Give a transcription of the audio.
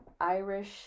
Irish